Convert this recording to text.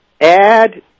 add